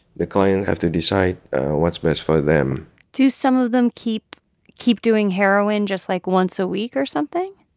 the client have to decide what's best for them do some of them keep keep doing heroin just, like, once a week or something?